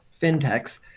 fintechs